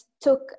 took